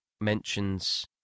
mentions